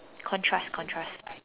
contrast contrast